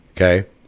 okay